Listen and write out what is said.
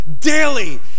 daily